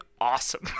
awesome